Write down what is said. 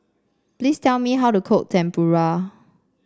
please tell me how to cook Tempura